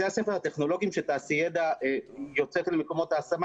בתי הספר הטכנולוגיים שתעשידע יוצאת אל מקומות ההשמה,